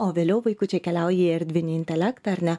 o vėliau vaikučiai keliauja į erdvinį intelektą ar ne